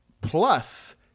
plus